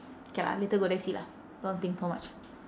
K lah later go there see lah don't think so much